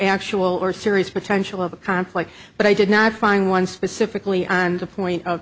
actual or serious potential of a complex but i did not find one specifically on the point of